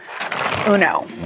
uno